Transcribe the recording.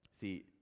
See